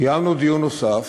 קיימנו דיון נוסף,